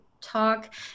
talk